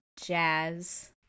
jazz